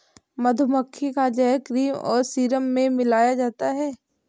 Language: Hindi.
मधुमक्खी का जहर क्रीम और सीरम में मिलाया जाता है